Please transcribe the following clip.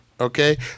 Okay